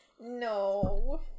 No